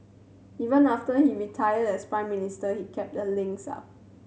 even after he retired as Prime Minister he kept the links up